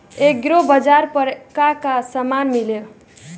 एग्रीबाजार पर का का समान मिली?